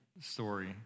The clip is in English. story